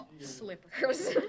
slippers